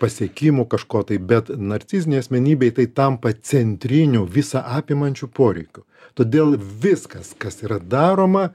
pasiekimų kažko tai bet narcizinei asmenybei tai tampa centriniu visa apimančiu poreikiu todėl viskas kas yra daroma